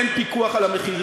היום אין פיקוח על המחירים.